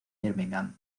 birmingham